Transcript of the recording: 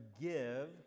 give